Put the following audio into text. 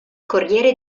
corriere